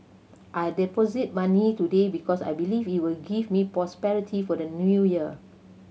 I deposited money today because I believe it will give me prosperity for the New Year